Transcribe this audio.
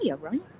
right